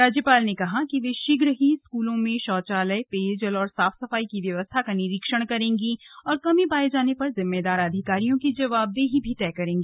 राज्यपाल ने कहा कि वे शीघ्र ही स्कूलों में शौचालय पेयजल और साफ सफाई की व्यवस्था का निरीक्षण करेंगी और कमी पाये जाने पर जिम्मेदार अधिकारियों की जवाबदेही तय होगी